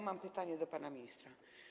Mam pytanie do pana ministra.